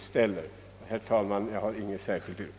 Herr talman! Jag har som sagt inget särskilt yrkande.